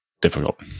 difficult